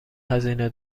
هزینه